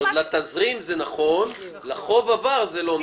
זאת אומרת שלתזרים זה נכון אבל לחוב העבר זה לא נכון.